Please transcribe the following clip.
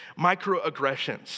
microaggressions